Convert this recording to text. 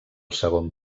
segon